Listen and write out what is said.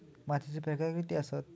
मातीचे प्रकार किती आसत?